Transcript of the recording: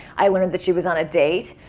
i learned that she was on a date.